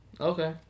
Okay